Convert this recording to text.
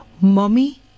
Mommy